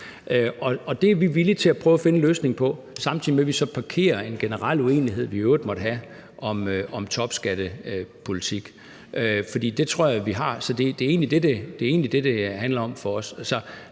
Det er vi villige til at prøve at finde en løsning på, samtidig med vi så parkerer en generel uenighed, vi i øvrigt måtte have, om topskattepolitik. For det tror jeg at vi har.